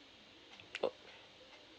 oh